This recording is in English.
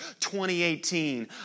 2018